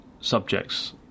subjects